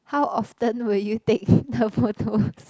how often will you take the photos